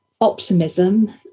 optimism